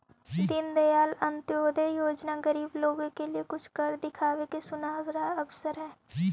दीनदयाल अंत्योदय योजना गरीब लोगों के लिए कुछ कर दिखावे का सुनहरा अवसर हई